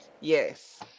Yes